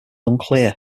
unclear